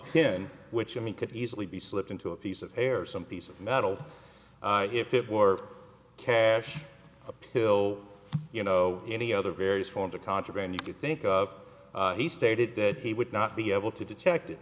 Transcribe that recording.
pin which i mean could easily be slipped into a piece of hair some piece of metal if it were cash a pill you know any other various forms of contraband you could think of he stated that he would not be able to detect it